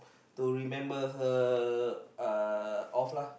to remember her uh off lah